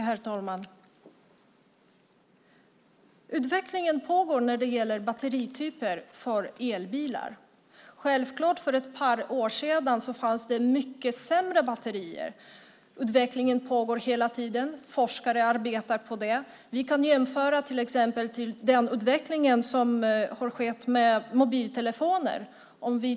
Herr talman! Utvecklingen pågår när det gäller batterityper för elbilar. För ett par år sedan fanns det mycket sämre batterier. Utvecklingen pågår hela tiden; forskare arbetar på det. Vi kan till exempel jämföra med utvecklingen som har skett med mobiltelefoner.